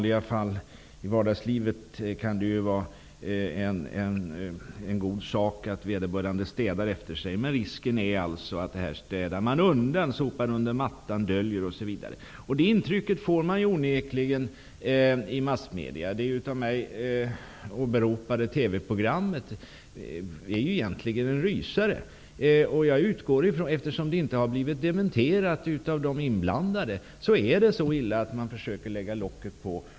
I vardagslivet kan det vara en god sak att man städar efter sig. Men i detta sammahang finns alltså risken att man städar undan, sopar under mattan, döljer osv. Den som tar del av vad som sägs i massmedierna får onekligen ett intryck av att det är så. Det av mig åberopade TV-programmet är egentligen en rysare. Eftersom de inblandade inte har dementerat utgår jag från att det är så illa att man försöker lägga locket på.